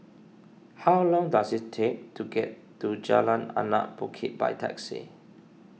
how long does it take to get to Jalan Anak Bukit by taxi